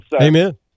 Amen